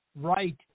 right